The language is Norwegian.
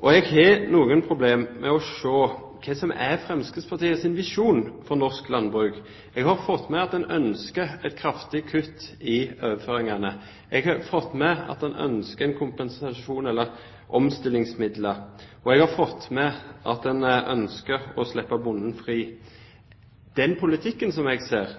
Jeg har problemer med å se hva som er Fremskrittspartiets visjon for norsk landbruk. Jeg har fått med meg at en ønsker et kraftig kutt i overføringene. Jeg har fått med meg at en ønsker en kompensasjon eller omstillingsmidler, og jeg har fått med meg at en ønsker å slippe bonden fri. Den politikken som jeg ser,